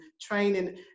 training